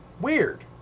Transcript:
Weird